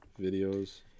videos